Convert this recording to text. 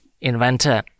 Inventor